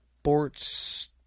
sports